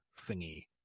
thingy